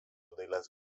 dailės